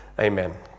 Amen